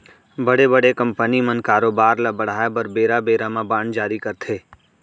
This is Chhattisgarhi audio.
बड़े बड़े कंपनी मन कारोबार ल बढ़ाय बर बेरा बेरा म बांड जारी करथे